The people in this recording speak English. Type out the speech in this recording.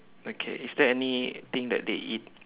okay is there anything that they eat